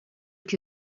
que